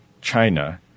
China